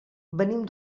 venim